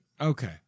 okay